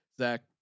Zach